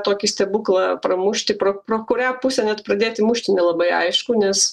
tokį stebuklą pramušti pro pro kurią pusę net pradėti mušti nelabai aišku nes